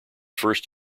first